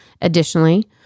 Additionally